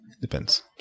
depends